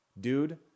dude